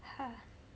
ah